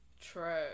True